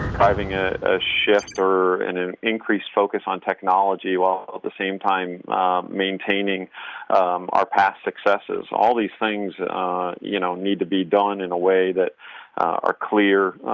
driving ah a shift or and an increased focus on technology while at the same time maintaining our past successes. all these things you know need to be done in a way that are clear,